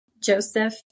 Joseph